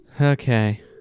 okay